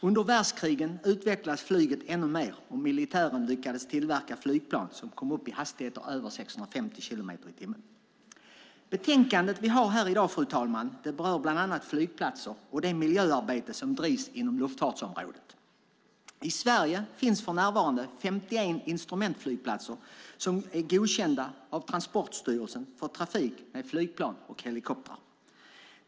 Under världskrigen utvecklades flyget ännu mer - militären lyckades tillverka flygplan som kom upp i hastigheter över 650 kilometer i timmen. Betänkandet vi behandlar i dag, fru talman, berör bland annat flygplatser och det miljöarbete som bedrivs inom luftfartsområdet. I Sverige finns för närvarande 51 instrumentflygplatser som är godkända av Transportstyrelsen för trafik med flygplan och helikoptrar.